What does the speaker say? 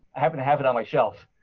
i happen to have it on my shelf.